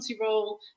role